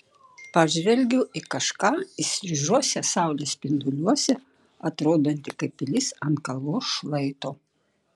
pažvelgiu į kažką įstrižuose saulės spinduliuose atrodantį kaip pilis ant kalvos šlaito